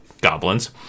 goblins